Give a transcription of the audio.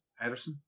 Ederson